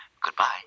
Goodbye